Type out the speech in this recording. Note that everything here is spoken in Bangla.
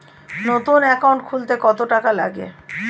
নতুন একাউন্ট খুলতে কত টাকা লাগে?